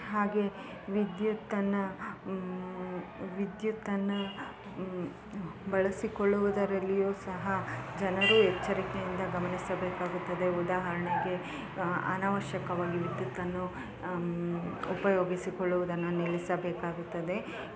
ಹಾಗೆ ವಿದ್ಯುತ್ತನ್ನು ವಿದ್ಯುತ್ತನ್ನು ಬಳಸಿಕೊಳ್ಳುವುದರಲ್ಲಿಯು ಸಹ ಜನರು ಎಚ್ಚರಿಕೆಯಿಂದ ಗಮನಿಸಬೇಕಾಗುತ್ತದೆ ಉದಾಹರಣೆಗೆ ಅನಾವಶ್ಯಕವಾಗಿ ವಿದ್ಯುತ್ತನ್ನು ಉಪಯೋಗಿಸಿಕೊಳ್ಳುವುದನ್ನು ನಿಲ್ಲಿಸಬೇಕಾಗುತ್ತದೆ